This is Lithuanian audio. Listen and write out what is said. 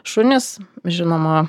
šunys žinoma